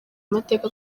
amateka